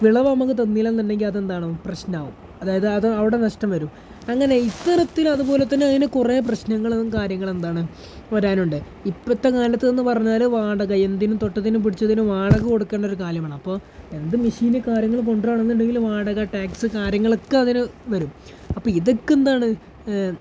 വിളവ് നമുക്ക് തന്നില്ലയെന്നുണ്ടെങ്കിൽ അതെന്താകും പ്രശ്നമാവും അതായത് അത് അവിടെ നഷ്ടം വരും അങ്ങനെ ഇത്തരത്തിൽ അതുപോലെതന്നെ അതിനെ കുറേ പ്രശ്നങ്ങളും കാര്യങ്ങളെന്താണ് വരാനുണ്ട് ഇപ്പോഴത്തെ കാലത്ത് എന്നു പറഞ്ഞാൽ വാടക എന്തിനും തൊട്ടത്തിനും പിടിച്ചതിനും വാടക കൊടുക്കേണ്ടൊരു കാലമാണ് അപ്പോൾ എന്ത് മിഷീന് കാര്യങ്ങൾ കൊണ്ടുവരികയാണെന്നുണ്ടെങ്കിൽ വാടക ടാക്സ് കാര്യങ്ങളൊക്കെ അതിന് വരും അപ്പോൾ ഇതൊക്കെയെന്താണ്